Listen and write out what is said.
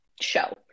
show